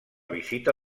visita